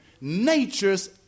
nature's